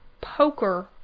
poker